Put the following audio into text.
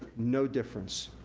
no difference.